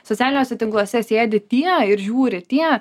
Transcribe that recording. socialiniuose tinkluose sėdi tie ir žiūri tie